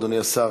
אדוני השר,